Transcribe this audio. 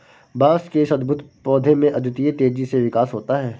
बांस के इस अद्भुत पौधे में अद्वितीय तेजी से विकास होता है